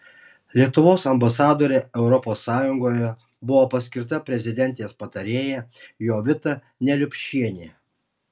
lietuvos ambasadore europos sąjungoje buvo paskirta prezidentės patarėja jovita neliupšienė